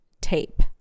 tape